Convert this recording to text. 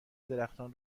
درختان